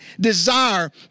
desire